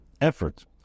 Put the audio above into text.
effort